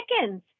chickens